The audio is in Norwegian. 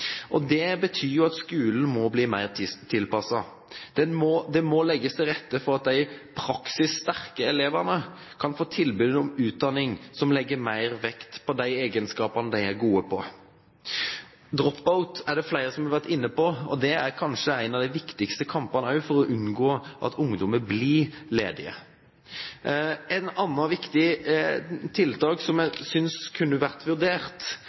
opplæring. Det betyr at skolen må bli bedre tilpasset. Det må legges til rette for at de elevene som er sterke i praktiske fag, kan få tilbud om utdanning som legger mer vekt på de egenskapene de er gode på. Flere har vært inne på drop-out. Her har vi kanskje en av de viktigste kampene for å unngå at ungdommene blir ledige. Et annet viktig tiltak som jeg synes kunne vært vurdert,